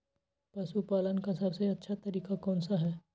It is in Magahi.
पशु पालन का सबसे अच्छा तरीका कौन सा हैँ?